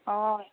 অঁ